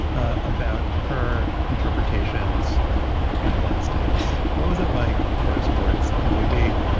ah about her interpretations of the last dance what was it like for a sports newbie?